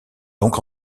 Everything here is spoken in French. donc